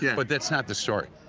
yeah but that's not the story.